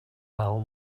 fell